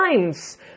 times